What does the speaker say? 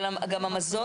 גם המזון?